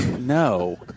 No